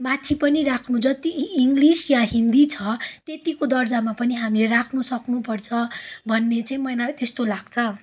माथि पनि राख्नु जति इङ्गलिस या हिन्दी छ त्यत्तिको दर्जामा पनि हामीले राख्नु सक्नुपर्छ भन्ने चाहिँ मलाई त्यस्तो लाग्छ